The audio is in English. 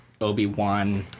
Obi-Wan